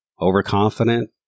overconfident